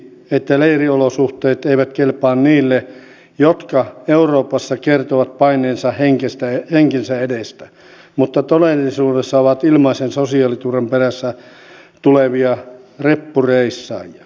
siksi että leiriolosuhteet eivät kelpaa niille jotka euroopassa kertovat paenneensa henkensä edestä mutta todellisuudessa ovat ilmaisen sosiaaliturvan perässä tulevia reppureissaajia